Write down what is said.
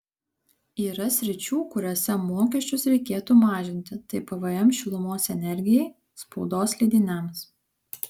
yra sričių kuriose mokesčius reikėtų mažinti tai pvm šilumos energijai spaudos leidiniams